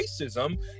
racism